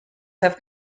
have